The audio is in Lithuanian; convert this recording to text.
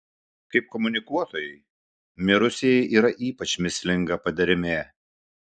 kaip komunikuotojai mirusieji yra ypač mįslinga padermė